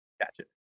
Gotcha